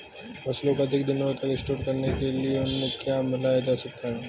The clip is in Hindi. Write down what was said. फसलों को अधिक दिनों तक स्टोर करने के लिए उनमें क्या मिलाया जा सकता है?